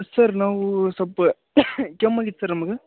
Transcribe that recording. sir ನಾವು ಸ್ವಲ್ಪ ಕೆಮ್ಮಾಗಿತ್ತು ಸರ್ ನಮ್ಗೆ